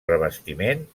revestiment